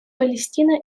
палестино